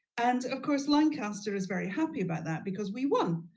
and of course lancaster is very happy about that because we won.